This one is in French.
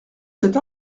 cette